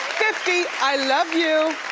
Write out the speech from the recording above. fifty, i love you.